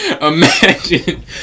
imagine